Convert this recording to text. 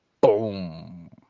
Boom